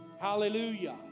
Hallelujah